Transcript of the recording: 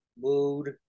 mood